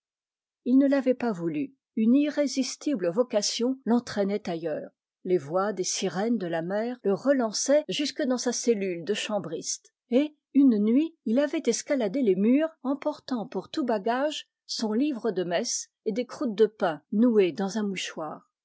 il ne l'avait pas voulu une irrésistible vocation l'entraînait ailleurs les voix des sirènes de la mer le relançaient jusque dans sa cellule de chambriste et une nuit il avait escaladé les murs emportant pour tout bagage son livre de messe et des croûtes de pain nouées dans un mouchoir